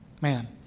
man